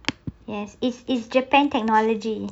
yes it's it's japan technology